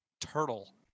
turtle